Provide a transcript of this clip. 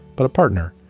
but a partner,